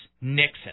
Nixon